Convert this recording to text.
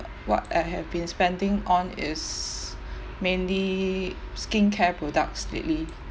what I have been spending on is mainly skincare products lately